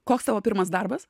koks tavo pirmas darbas